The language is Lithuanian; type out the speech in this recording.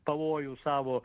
pavojų savo